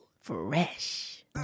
Fresh